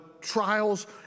trials